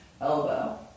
elbow